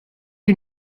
you